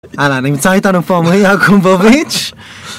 אהלן, נמצא איתנו פה עומרי יעקובוביץ'